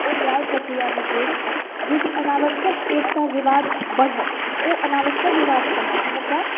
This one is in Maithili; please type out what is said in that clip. ओ न्याय प्रक्रियामे गेल जे कि अनावश्यक एकटा विवाद बढ़ल ओ अनावश्यक विवाद छलै हम ओकरा